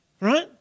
Right